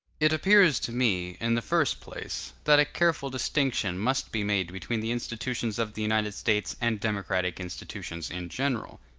it appears to me, in the first place, that a careful distinction must be made between the institutions of the united states and democratic institutions in general.